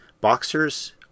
Boxers